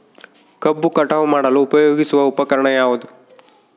ಕಬ್ಬು ಕಟಾವು ಮಾಡಲು ಉಪಯೋಗಿಸುವ ಉಪಕರಣ ಯಾವುದು?